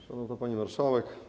Szanowna Pani Marszałek!